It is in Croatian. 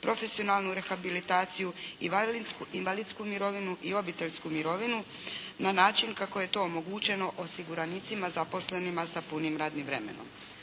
profesionalnu rehabilitaciju, invalidsku mirovinu i obiteljsku mirovinu na način kako je to omogućeno osiguranicima zaposlenima sa punim radnim vremenom.